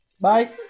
Bye